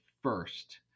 first